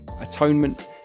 Atonement